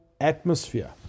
atmosphere